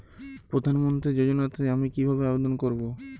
প্রধান মন্ত্রী যোজনাতে আমি কিভাবে আবেদন করবো?